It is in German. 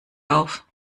auf